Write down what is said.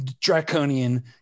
draconian